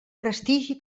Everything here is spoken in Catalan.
prestigi